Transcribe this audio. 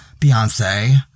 Beyonce